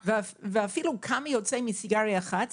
אפילו כמה יוצא מסיגריה אחת.